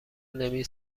نمی